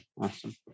Awesome